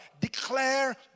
Declare